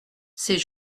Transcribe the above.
c’est